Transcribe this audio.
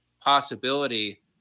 possibility